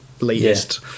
latest